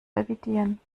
revidieren